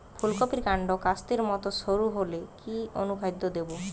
ফুলকপির কান্ড কাস্তের মত সরু হলে কি অনুখাদ্য দেবো?